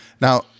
Now